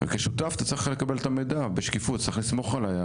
וכשותף צריך לקבל מידע בשקיפות, צריך לסמוך עלי.